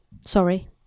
Sorry